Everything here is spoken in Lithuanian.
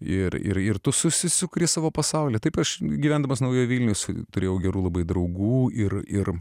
ir ir ir tu susisukti savo pasaulį taip aš gyvendamas naujo vilnius turėjau gerų labai draugų ir ir